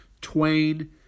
Twain